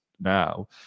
now